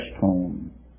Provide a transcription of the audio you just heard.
home